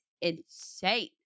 insane